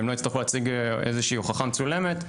והם לא יצטרכו להציג איזושהי הוכחה מצולמת,